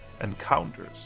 encounters